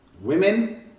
Women